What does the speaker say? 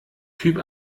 typ